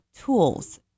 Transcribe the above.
tools